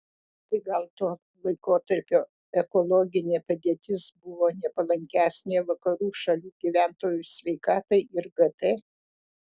tai gal to laikotarpio ekologinė padėtis buvo nepalankesnė vakarų šalių gyventojų sveikatai ir gt